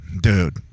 dude